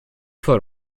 folle